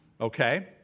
okay